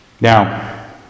Now